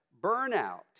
burnout